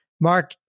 Mark